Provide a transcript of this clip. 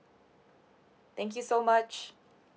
thank you so much